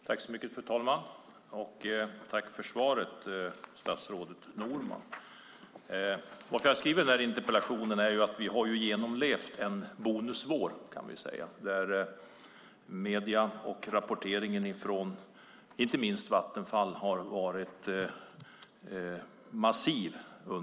Fru talman! Tack, statsrådet Norman, för svaret! Bakgrunden till att jag har skrivit den här interpellationen är att vi har genomlevt en bonusvår där medierapporteringen från inte minst Vattenfall har varit massiv.